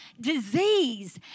disease